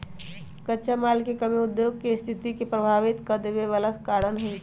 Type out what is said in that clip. कच्चा माल के कमी उद्योग के सस्थिति के प्रभावित कदेवे बला कारण हई